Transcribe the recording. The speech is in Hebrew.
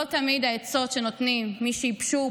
לא תמיד העצות שנותנים מי שייבשו,